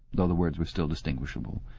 though the words were still distinguishable.